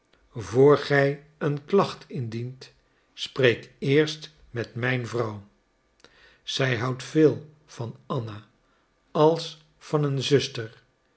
vr gij een klacht indient spreek eerst met mijn vrouw zij houdt veel van anna als van een zuster